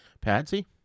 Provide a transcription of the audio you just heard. Patsy